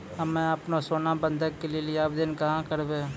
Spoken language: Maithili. हम्मे आपनौ सोना बंधन के लेली आवेदन कहाँ करवै?